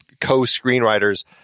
co-screenwriters